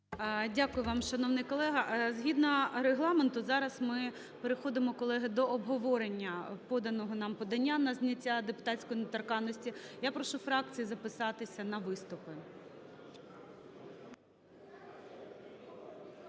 Дякую вам, шановний колего. Згідно Регламенту зараз ми переходимо, колеги, до обговорення поданого нам подання на зняття депутатської недоторканності. Я прошу фракції записатися на виступи.